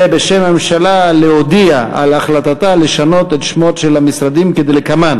ובשם הממשלה להודיע על החלטתה לשנות את שמות המשרדים כדלקמן: